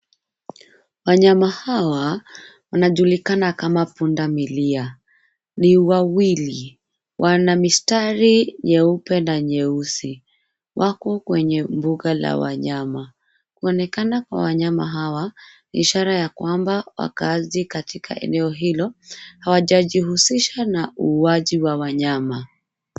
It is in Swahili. Wanyama hawa wanajulikana kama punda milia. Ni wawili. Wana mistari nyeupe na nyeusi. Wako kwenye mbuga la wanyama. Kuonekana kwa wanyama hawa ni ishara ya kwamba wakaaji katika eneo hilo, hawajajihusisha na uuaji wa wanyama.